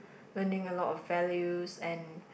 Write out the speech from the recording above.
learning a lot of values and